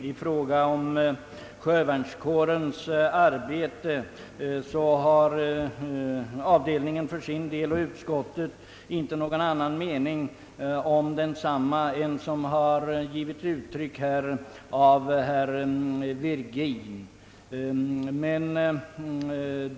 Herr talman! Utskottet har inte någon annan mening om sjövärnskårens arbete än den som herr Virgin har givit uttryck för.